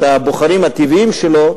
את הבוחרים הטבעיים שלו,